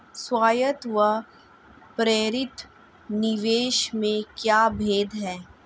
स्वायत्त व प्रेरित निवेश में क्या भेद है?